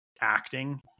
acting